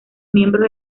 miembros